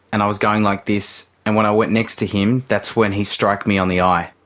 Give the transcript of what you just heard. and i was going like this, and when i went next to him, that's when he struck me on the eye.